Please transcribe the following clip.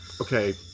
Okay